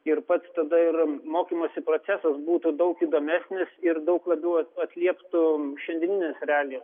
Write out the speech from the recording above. ir pats tada ir mokymosi procesas būtų daug įdomesnis ir daug labiau atlieptų šiandienines realijas